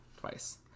Twice